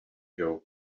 joe